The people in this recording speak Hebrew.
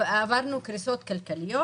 עברנו קריסות כלכליות,